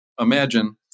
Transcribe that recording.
imagine